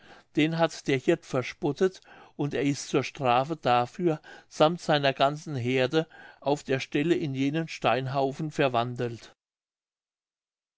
den hat der hirt verspottet und er ist zur strafe dafür sammt seiner ganzen heerde auf der stelle in jenen steinhaufen verwandelt